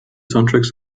soundtracks